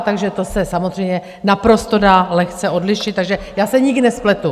Takže to se samozřejmě naprosto dá lehce odlišit, takže já se nikdy nespletu.